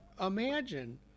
imagine